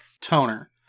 Toner